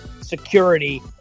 security